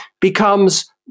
becomes